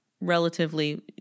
relatively